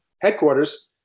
headquarters